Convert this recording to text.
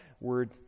word